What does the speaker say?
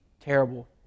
terrible